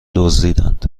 دزدیدند